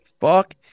fuck